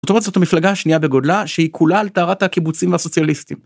‫זאת אומרת זאת המפלגה השנייה בגודלה, ‫שהיא כולה על טהרת הקיבוצים הסוציאליסטיים.